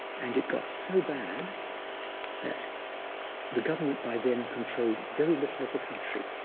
and it got so bad that the government by then controlled very little of the country,